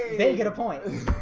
they get a point